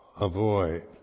avoid